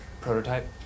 prototype